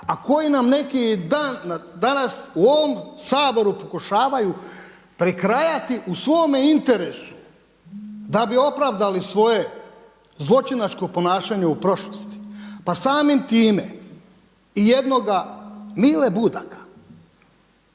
a koji nam neki dan danas u ovom Saboru pokušavaju prekrajati u svome interesu da bi opravdali svoje zločinačko ponašanje u prošlosti. Pa samim time i jednoga Mile Budaka